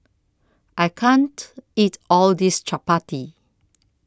I can't eat All This Chapati